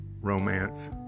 romance